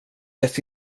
ett